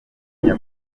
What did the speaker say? buryo